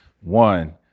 one